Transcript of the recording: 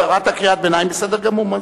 קראת קריאת ביניים, בסדר גמור.